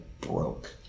broke